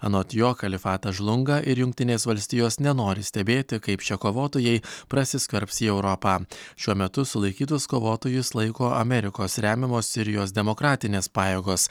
anot jo kalifatas žlunga ir jungtinės valstijos nenori stebėti kaip šie kovotojai prasiskverbs į europą šiuo metu sulaikytus kovotojus laiko amerikos remiamos sirijos demokratinės pajėgos